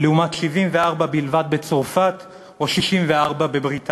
לעומת 74 בלבד בצרפת או 64 בבריטניה.